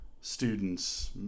students